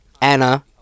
Anna